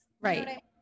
right